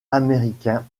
américain